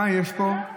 מה יש פה?